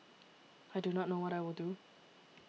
I do not know what I will do